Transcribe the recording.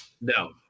No